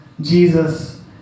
Jesus